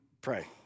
pray